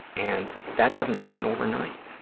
and that doesn't happen overnight.